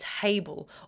table